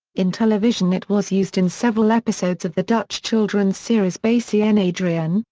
in television it was used in several episodes of the dutch children's series bassie en adriaan,